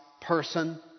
person